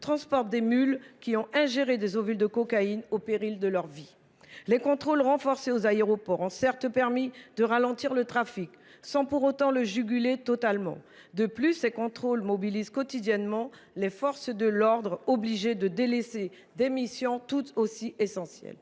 transporte des mules qui ont ingéré des ovules de cocaïne, au péril de leur vie. Les contrôles renforcés dans les aéroports ont certes permis de ralentir le trafic, mais n’ont pas pu le juguler totalement. De plus, ces contrôles mobilisent quotidiennement les forces de l’ordre, obligées de délaisser d’autres missions, tout aussi essentielles.